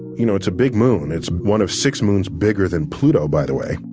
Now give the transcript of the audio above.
you know it's a big moon, it's one of six moons bigger than pluto by the way.